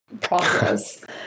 process